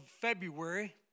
February